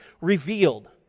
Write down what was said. revealed